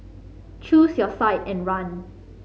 choose your side and run